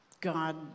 God